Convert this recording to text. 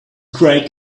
craig